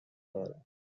دارم